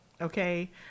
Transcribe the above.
Okay